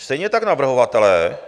Stejně tak navrhovatelé